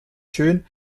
schön